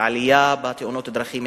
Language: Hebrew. העלייה בתאונות הדרכים,